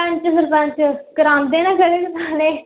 पैंच सरपैंच करांदे न कदें कदालें